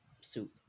soup